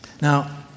Now